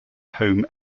home